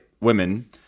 Women